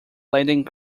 landing